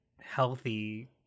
healthy